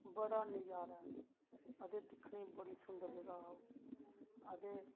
बड़ा नज़ारा ते दिक्खने गी बड़ी सुंदर जगह ओह् ते